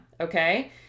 okay